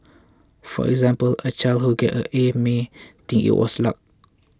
for example a child who gets an A may think it was luck